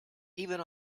even